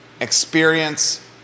experience